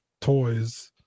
toys